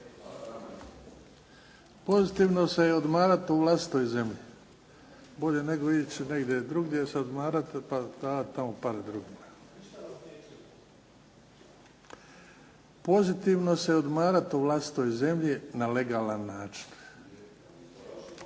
Pozitivno se odmarati u vlastitoj zemlji, bolje nego